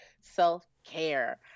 self-care